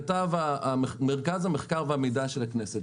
כתב מרכז המחקר והמידע של הכנסת.